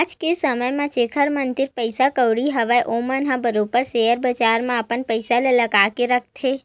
आज के समे म जेखर मन तीर पइसा कउड़ी हवय ओमन ह बरोबर सेयर बजार म अपन पइसा ल लगा के रखथे